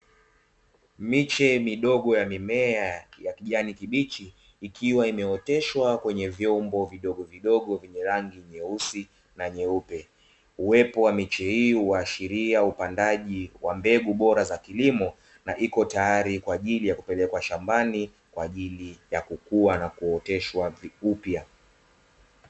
Miche midogo ya mimea ya kijani kibichi ikiwa imeoteshwa kwenye vyombo vidogo vyenye rangi nyeupe na nyeusi, uwepo wa miche hii huashiria upandaji wa mbegu bora za kilimo na ipo tayari kupelekwa shambani na kukua na kuoteshwa upya.